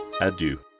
Adieu